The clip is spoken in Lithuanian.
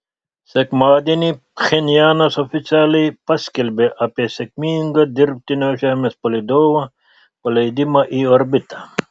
sekmadienį pchenjanas oficialiai paskelbė apie sėkmingą dirbtinio žemės palydovo paleidimą į orbitą